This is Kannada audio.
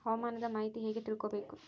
ಹವಾಮಾನದ ಮಾಹಿತಿ ಹೇಗೆ ತಿಳಕೊಬೇಕು?